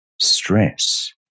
stress